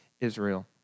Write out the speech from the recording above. Israel